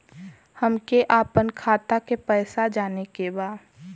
हमके आपन खाता के पैसा जाने के बा